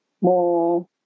more